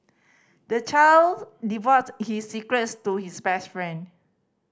the child divulged his secrets to his best friend